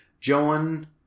Joan